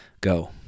go